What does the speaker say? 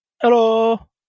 Hello